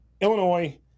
Illinois